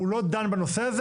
הוא לא דן בנושא הזה,